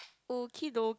okie dokie